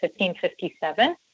1557